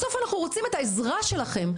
בסוף אנחנו רוצים את העזרה שלכם.